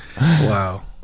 Wow